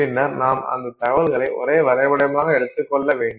பின்னர் நாம் அந்த தகவல்களை ஒரே வரைபடமாக எடுத்துக் கொள்ள வேண்டும்